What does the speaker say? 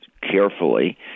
carefully